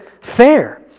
fair